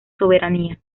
soberanía